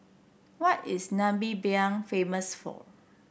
what is Namibia famous for